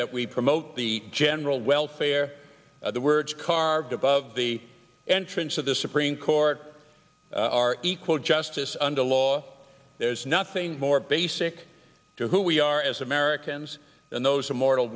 that we promote the general welfare of the words carved above the entrance of the supreme court our equal justice under law there is nothing more basic to who we are as americans than those immortal